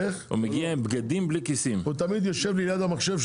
הוא תמיד יושב לי ליד המחשב,